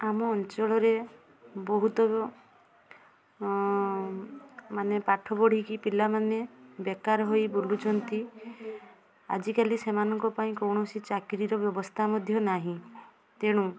ଆମ ଅଞ୍ଚଳରେ ବହୁତରୁ ମାନେ ପାଠ ପଢ଼ିକି ପିଲାମାନେ ବେକାର ହୋଇ ବୁଲୁଛନ୍ତି ଆଜିକାଲି ସେମାନଙ୍କ ପାଇଁ କୌଣସି ଚାକିରୀର ବ୍ୟବସ୍ଥା ମଧ୍ୟ ନାହିଁ ତେଣୁ